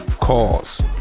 cause